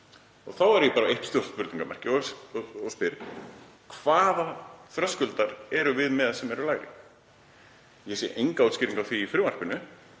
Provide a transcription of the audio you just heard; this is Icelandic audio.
Þá er ég bara eitt stórt spurningarmerki og spyr: Hvaða þröskulda erum við með sem eru lægri? Ég sé enga útskýringu á því í frumvarpinu